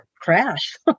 crash